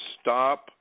stop